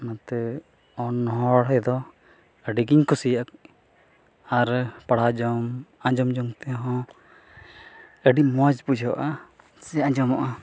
ᱚᱱᱟᱛᱮ ᱚᱱᱚᱲᱦᱮ ᱫᱚ ᱟᱹᱰᱤᱜᱤᱧ ᱠᱩᱥᱤᱭᱟᱜᱼᱟ ᱟᱨ ᱯᱟᱲᱦᱟᱣ ᱡᱚᱝ ᱟᱸᱡᱚᱢ ᱡᱚᱝᱛᱮᱦᱚᱸ ᱟᱹᱰᱤᱢᱚᱡᱽ ᱵᱩᱡᱷᱟᱹᱜᱼᱟ ᱥᱮ ᱟᱸᱡᱚᱢᱚᱜᱼᱟ